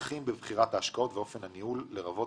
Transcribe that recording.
המנחים בבחירת ההשקעות אופן ניהולן לרבות